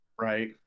Right